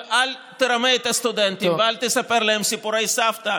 אבל אל תרמה את הסטודנטים ואל תספר להם סיפורי סבתא,